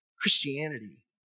Christianity